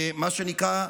מה שנקרא,